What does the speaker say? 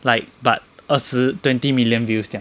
like but 二十 twenty million views 这样